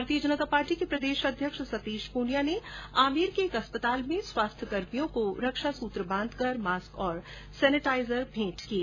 भारतीय जनता पार्टी के प्रदेश अध्यक्ष सतीश पूनिया ने आमेर के एक अस्पताल में स्वास्थ्य कर्मियों को रक्षा सूत्र बांधकर मास्क और सैनेटाइजर भेंट किये